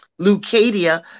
Lucadia